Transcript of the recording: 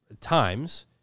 times